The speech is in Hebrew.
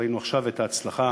ראינו עכשיו את ההצלחה